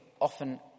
often